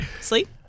Sleep